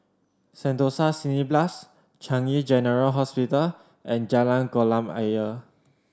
Sentosa Cineblast Changi General Hospital and Jalan Kolam Ayer